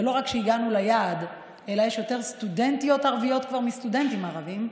ולא רק שהגענו ליעד אלא יש כבר יותר סטודנטיות ערביות מסטודנטים ערבים.